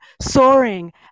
soaring